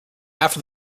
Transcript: after